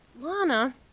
Lana